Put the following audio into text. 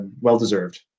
Well-deserved